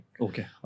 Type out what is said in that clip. Okay